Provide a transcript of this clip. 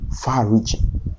far-reaching